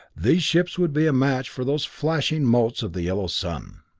these ships would be a match for those flashing motes of the yellow sun.